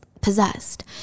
possessed